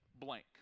Blank